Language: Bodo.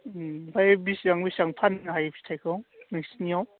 ओमफ्राय बेसेबां बेसेबां फाननो हायो फिथाइखौ नोंसोरनियाव